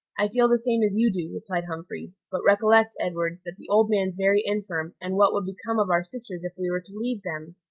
i feel the same as you do, replied humphrey but recollect, edward, that the old man's very infirm, and what would become of our sisters if we were to leave them?